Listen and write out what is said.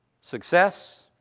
success